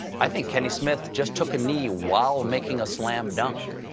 i think kenny smith just took a knee while making a slam dunk.